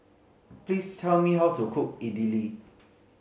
please tell me how to cook Idili